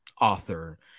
author